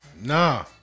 Nah